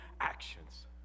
actions